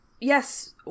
Yes